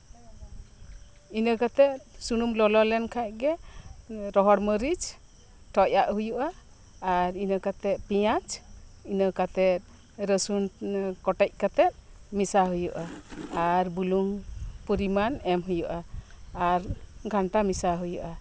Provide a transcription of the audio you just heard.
ᱤᱱᱟᱹ ᱠᱟᱛᱮ ᱥᱩᱱᱩᱢ ᱞᱚᱞᱚ ᱞᱮᱱ ᱠᱷᱟᱡ ᱜᱮ ᱨᱚᱦᱚᱲ ᱢᱟᱹᱨᱤᱡ ᱴᱷᱚᱡ ᱟᱜ ᱦᱩᱭᱩᱜᱼᱟ ᱟᱨ ᱤᱱᱟᱹ ᱠᱟᱛᱮ ᱯᱮᱸᱭᱟᱡ ᱤᱱᱟᱹ ᱠᱟᱛᱮ ᱨᱟᱥᱩᱱ ᱠᱚᱴᱮᱡ ᱠᱟᱛᱮ ᱢᱮᱥᱟ ᱦᱩᱭᱩᱜᱼᱟ ᱟᱨ ᱵᱩᱞᱩᱝ ᱯᱚᱨᱤᱢᱟᱱ ᱟᱢ ᱦᱩᱭᱩᱜᱼᱟ ᱟᱨ ᱜᱷᱟᱱᱴᱟ ᱢᱮᱥᱟ ᱦᱩᱭᱩᱜᱼᱟ